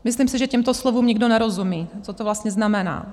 Myslím si, že těmto slovům nikdo nerozumí, co to vlastně znamená.